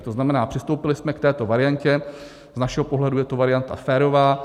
To znamená, přistoupili jsme k této variantě, z našeho pohledu je to varianta férová.